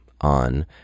on